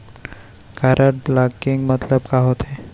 Card blocking मतलब का होथे?